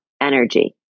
energy